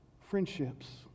friendships